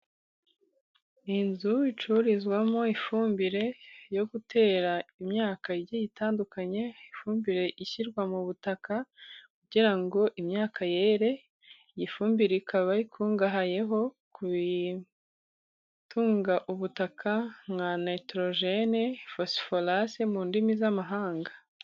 Inzu icururizwamo ifumbire yo gutera imyaka igiye itandukanye, ifumbire ishyirwa mu butaka kugira ngo imyaka yere. Iyi fumbire ikaba ikungahaye ku bitunga ubutaka, nka nayitorojene, Fosiforase mu ndimi z'amahanga.